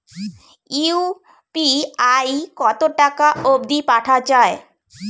UPI কতো টাকা অব্দি পাঠা যায়?